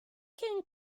can